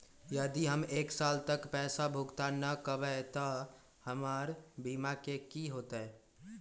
यदि हम एक साल तक पैसा भुगतान न कवै त हमर बीमा के की होतै?